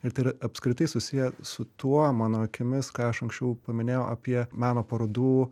ir tai yra apskritai susiję su tuo mano akimis ką aš anksčiau paminėjau apie meno parodų